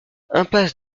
impasse